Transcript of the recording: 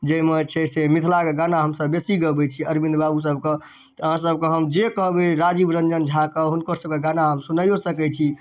जाहिमे छै से मिथिलाके गाना हमसब बेसी गबै छी अरविन्द बाबू सबके तऽ अहाँसबके हम जे कहबै राजीव रंजन झाके हुनकर सबके गाना हम सुनाइओ सकै छी